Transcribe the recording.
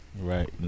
Right